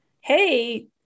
Hey